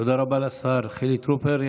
תודה רבה לשר חילי טרופר.